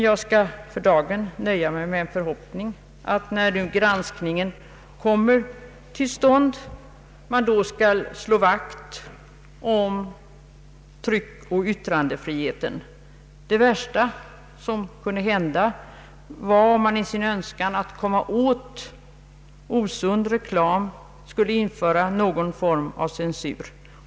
Jag skall för dagen nöja mig med att uttala en förhoppning att när denna granskning kommer till stånd man skall slå vakt om tryckoch yttrandefriheten. Det värsta som kunde hända vore om man i sin önskan att komma åt osund marknadsföring skulle införa någon form av censur.